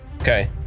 Okay